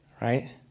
Right